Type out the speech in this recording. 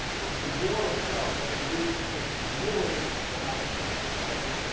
it's the war itself that leads this middle south to say,